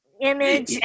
image